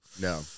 No